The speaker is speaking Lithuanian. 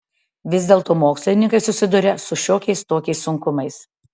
vis dėlto mokslininkai susiduria su šiokiais tokiais sunkumais